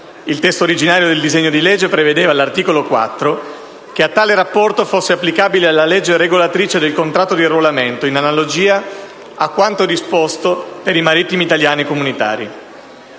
Il testo originario del disegno di legge prevedeva, all'articolo 4, che a tale rapporto fosse applicabile la legge regolatrice del contratto di arruolamento, in analogia a quanto disposto per i marittimi italiani e comunitari.